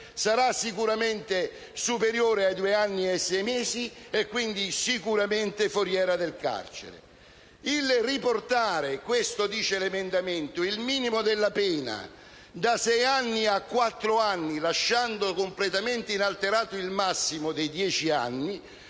sarebbe certamente superiore ai due anni e sei mesi e, quindi, sicuramente foriera del carcere? Il riportare - questo dice l'emendamento - il minimo della pena da sei a quattro anni, lasciando completamente inalterato il massimo dei dieci anni,